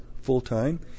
full-time